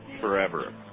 forever